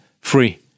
free